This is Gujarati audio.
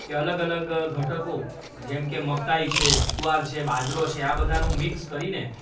કે અલગ અલગ ઘટકો જેમ કે મકાઈ છે જુવાર છે બાજરો છે આ બધાનું મિક્સ કરીને